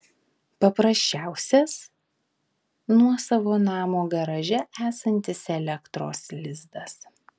paprasčiausias nuosavo namo garaže esantis elektros lizdas